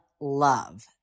love